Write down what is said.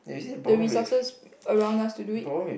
the resources around us to do it